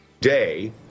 Day